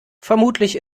vermutlich